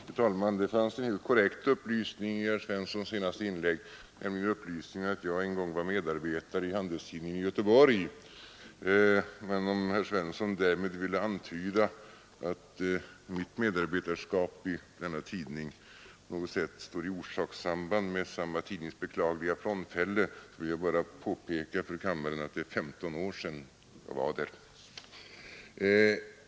Fru talman! Det fanns en korrekt upplysning i herr Svenssons i Eskilstuna senaste inlägg, nämligen upplysningen att jag en gång var medarbetare i Handelstidningen i Göteborg. Men om herr Svensson därmed ville antyda att mitt medarbetarskap i denna tidning på något sätt står i orsakssamband med samma tidnings beklagliga frånfälle, vill jag bara påpeka för kammaren att det är 15 år sedan jag var där.